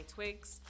Twigs